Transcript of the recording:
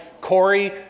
Corey